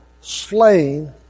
slain